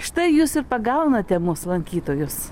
štai jūs ir pagaunate mus lankytojus